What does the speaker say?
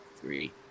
three